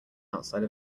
outside